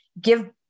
give